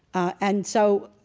ah and so,